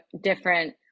different